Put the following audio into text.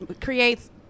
creates